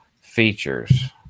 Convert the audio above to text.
features